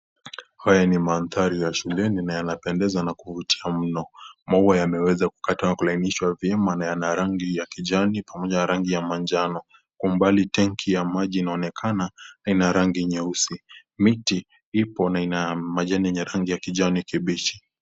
Haya ni mandhari ya shuleni na yanapendeza na kuvutia mno. Maua yameweza kukatwa na kulainishwa vyema na yana rangi ya kijani pamoja na rangi ya manjano. Kwa umbali tenki ya maji inaonekana na ina rangi nyeusi. Miti ipo na ina majani yenye rangi ya kijani kibichi.